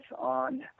on